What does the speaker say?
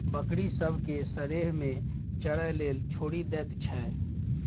बकरी सब केँ सरेह मे चरय लेल छोड़ि दैत छै